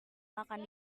makan